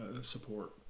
support